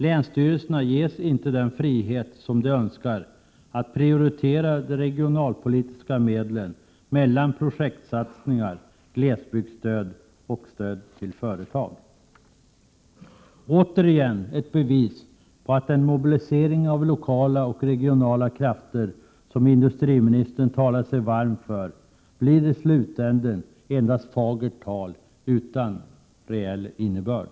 Länsstyrelserna ges inte den frihet som de önskar att prioritera de regionalpolitiska medlen mellan projektsatsningar, glesbygdsstöd och stöd till företag — återigen ett bevis på att den mobilisering av lokala och regionala krafter som industriministern talar sig så varm för i slutänden endast blir fagert tal utan reell innebörd.